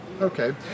okay